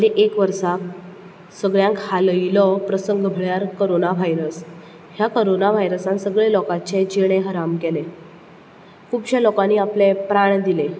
फाटल्या एक वर्सा सगल्यांक हालयलो प्रसंग म्हळ्यार करोना वायरस ह्या करोना वायरसान सगल्या लोकाचें जिणे हराम केलें खुबश्या लोकांनी आपले प्राण दिले